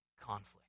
conflict